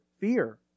fear